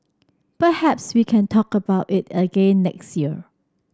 perhaps we can talk about it again next year